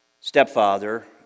stepfather